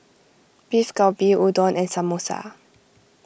Beef Galbi Udon and Samosa